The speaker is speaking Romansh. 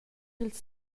ils